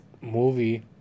movie